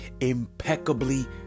impeccably